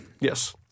Yes